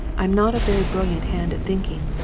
i'm not a very brilliant hand at thinking.